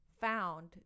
found